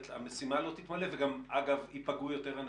המשימה לא תתמלא וגם ייפגעו יותר אנשים.